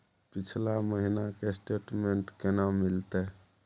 पिछला महीना के स्टेटमेंट केना मिलते?